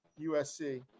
USC